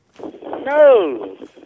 No